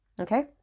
okay